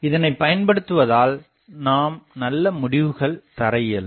இதைபயன்படுத்துவதால் நாம் நல்ல முடிவுகள் தரஇயலும்